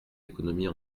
économies